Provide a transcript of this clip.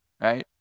right